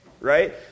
right